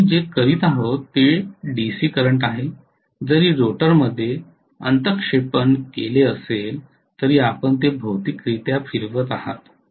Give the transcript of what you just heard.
आम्ही जे करीत आहोत ते डीसी करंट आहे जरी रोटरमध्ये अंत क्षेपण केले असले तरीही आपण ते भौतिकरित्या फिरवत आहात